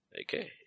Okay